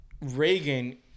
Reagan